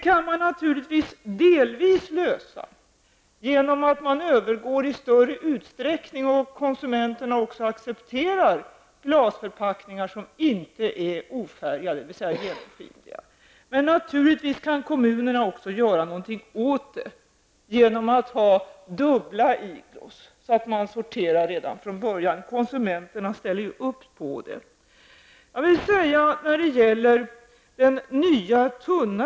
Man kan delvis lösa detta problem genom att, om konsumenterna accepterar det, i större utsträckning övergå till glasförpackningar som inte är färgade, dvs. genomskinliga. Naturligtvis kan kommunerna också göra någonting åt det genom att ha dubbla igloos, så att sorteringen sker redan från början. Konsumenterna ställer ju upp på det. Den nya, tunnare glasflaskan finns redan.